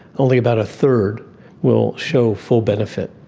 only about a third will show full benefit.